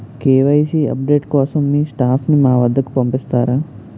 KYC update కోసం మీ staff ని మా వద్దకు పంపిస్తారా?